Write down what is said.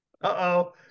Uh-oh